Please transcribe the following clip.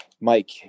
Mike